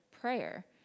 prayer